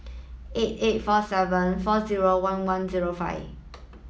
eight eight four seven four zero one one zero five